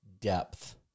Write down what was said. depth